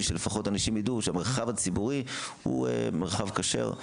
שלפחות אנשים ידעו שהמרחב הציבורי הוא מרחב כשר.